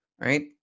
right